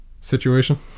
situation